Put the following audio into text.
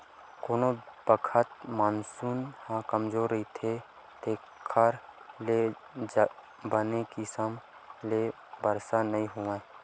कोनो बखत मानसून ह कमजोर रहिथे जेखर ले बने किसम ले बरसा नइ होवय